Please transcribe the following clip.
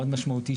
מאוד משמעותי,